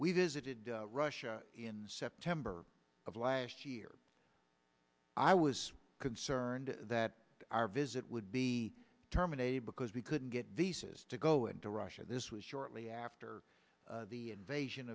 we visited russia in september of last year i was concerned that our visit would be terminated because we couldn't get visas to go into russia this was shortly after the invasion